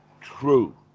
true